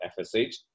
FSH